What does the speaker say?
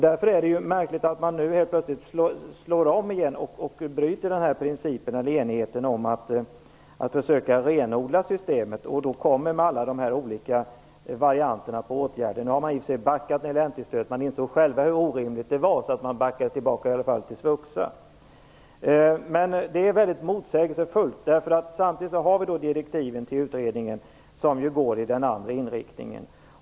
Därför är det märkligt att man nu helt plötsligt slår om och bryter enigheten om att försöka renodla systemet och i stället kommer med alla dessa olika varianter av åtgärder. Nu har man i och för sig backat när det gäller N/T-stödet - man insåg själv hur orimligt det var och backade till svuxa. Men det är ändå motsägelsefullt. Direktiven till utredningen går ju i den andra riktningen.